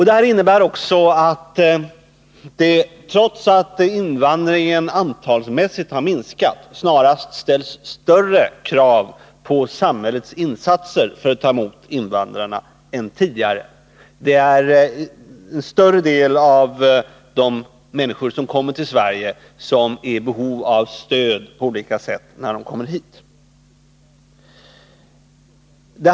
Detta innebär också att det, trots att invandringen antalsmässigt har minskat, snarast ställs större krav än tidigare på samhällets insatser för att ta emot invandrarna. En större del av de människor som söker sig till Sverige är i behov av stöd på olika sätt när de kommer hit.